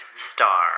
Star